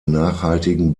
nachhaltigen